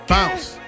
Bounce